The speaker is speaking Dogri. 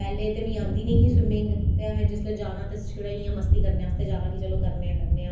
ते पैह्लें ते मिगी आंई नेईं ही स्विमिंग ते जिसलै असैं जाना ते छड़ा इयां मस्ती करनें आस्तै जाना कि हां करनें आं करनें आं दी ने